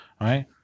right